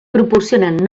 proporcionen